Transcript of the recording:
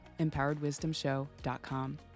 empoweredwisdomshow.com